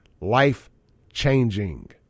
Life-changing